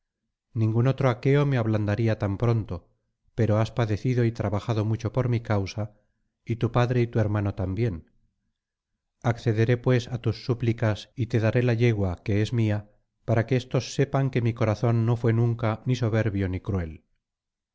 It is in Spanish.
ningún otro aqueo me ablandaría tan pronto pero has padecido y trabajado mucho por mi causa y tu padre y tu hermano también accederé pues á tus súplicas y te daré la yegua que es mía para que éstos sepan que mi corazón no fué nunca ni soberbio ni cruel